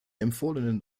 empfohlenen